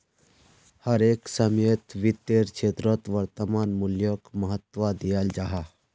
हर एक समयेत वित्तेर क्षेत्रोत वर्तमान मूल्योक महत्वा दियाल जाहा